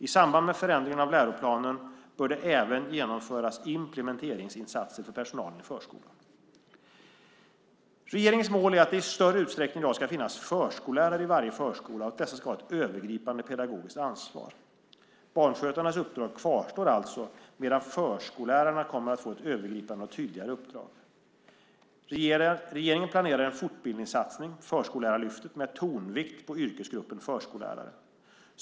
I samband med förändringen av läroplanen bör det även genomföras implementeringsinsatser för personalen i förskolan. Regeringens mål är att det i större utsträckning än i dag ska finnas förskollärare i varje förskola och att dessa ska ha ett övergripande pedagogiskt ansvar. Barnskötarnas uppdrag kvarstår alltså medan förskollärarna kommer att få ett övergripande och tydligare uppdrag. Regeringen planerar en fortbildningssatsning, Förskollärarlyftet, med tonvikt på yrkesgruppen förskollärare.